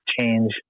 change